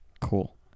cool